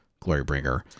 Glorybringer